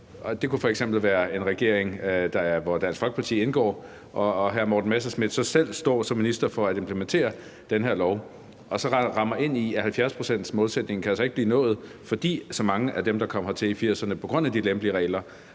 det f.eks. være en regering, hvor Dansk Folkeparti indgår, og hvor hr. Morten Messerschmidt så selv står for som minister at implementere den her lov og så render ind i, at 70-procentsmålsætningen altså ikke kan nås, fordi så mange af dem, der kom hertil i 1980'erne, på grund af de lempelige regler